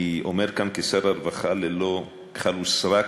אני אומר כאן כשר הרווחה ללא כחל ושרק: